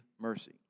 mercy